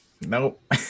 nope